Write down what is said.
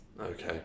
Okay